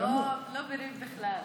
לא בריב בכלל.